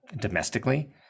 domestically